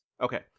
Okay